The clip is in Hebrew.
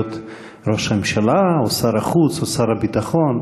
ראש הממשלה או שר החוץ או שר הביטחון,